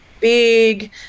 big